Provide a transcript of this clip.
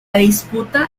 disputa